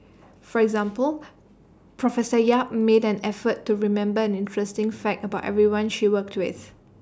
for example professor yap made an effort to remember an interesting fact about everyone she worked with